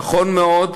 נכון מאוד,